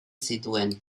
zituen